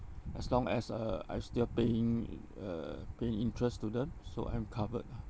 as long as uh I'm still paying uh paying interest to them so I'm covered lah